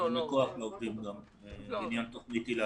וגם כוח לעובדים בעניין תוכנית היל"ה.